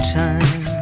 time